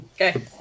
Okay